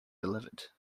delivered